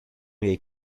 jej